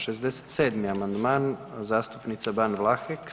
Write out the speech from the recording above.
67. amandman zastupnica Ban Vlahek.